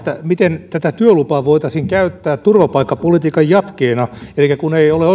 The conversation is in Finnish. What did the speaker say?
miten tätä työlupaa voitaisiin käyttää turvapaikkapolitiikan jatkeena elikkä kun ei ole